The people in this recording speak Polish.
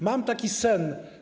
Mam taki sen.